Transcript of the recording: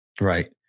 Right